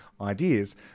ideas